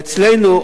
ואצלנו,